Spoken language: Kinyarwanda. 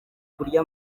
kurya